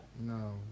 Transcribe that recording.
No